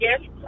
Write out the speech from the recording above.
Yes